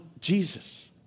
Jesus